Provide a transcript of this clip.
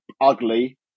ugly